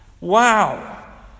Wow